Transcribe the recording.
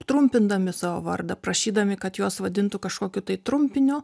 trumpindami savo vardą prašydami kad juos vadintų kažkokiu tai trumpiniu